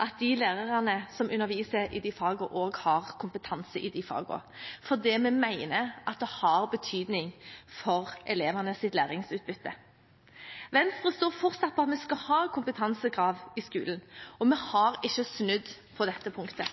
at de lærerne som underviser i de fagene, også har kompetanse i de fagene, fordi vi mener at det har betydning for elevenes læringsutbytte. Venstre står fortsatt på at vi skal ha kompetansekrav i skolen, og vi har ikke snudd på dette punktet.